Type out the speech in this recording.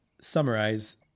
summarize